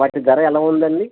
వాటి ధర ఎలా ఉందండి